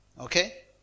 Okay